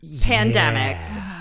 pandemic